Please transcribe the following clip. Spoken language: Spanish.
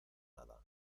nada